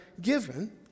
given